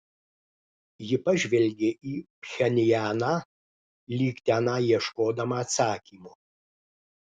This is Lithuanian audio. ji pažvelgė į pchenjaną lyg tenai ieškodama atsakymo